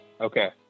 Okay